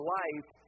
life